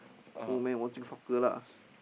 old man watching soccer lah